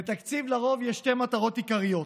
לתקציב לרוב לשתי מטרות עיקריות: